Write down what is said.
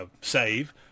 save